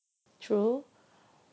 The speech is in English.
true